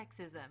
sexism